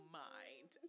mind